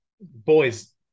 Boys